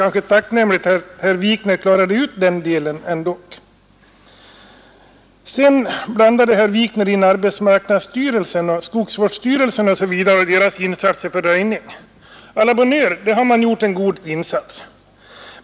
Det vore tacknämligt om herr Wikner klarade ut den delen av Sedan blandade herr Wikner in arbetsmarknadsstyrelsen och skogsvårdstyrelsen och deras insatser för röjning. A la bonne heure — där har man gjort en god insats.